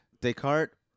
descartes